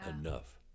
enough